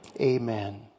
Amen